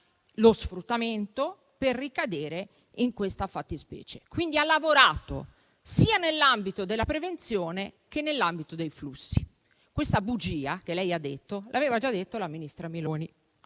lo sfruttamento per ricadere in questa fattispecie. Quindi il Governo Renzi ha lavorato sia nell'ambito della prevenzione che nell'ambito dei flussi. Questa bugia che lei ha detto l'aveva già detta la presidente